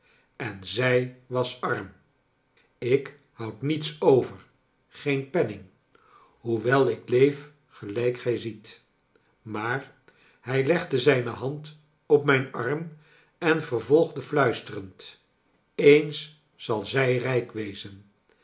en zij was arm ik houd niets over geen penning hoewel ik leef gelijk gij ziet maar hij legde zijne hand op mijn arm en vervolgde fluisterend eens zal zij rijk wezen